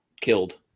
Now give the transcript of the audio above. killed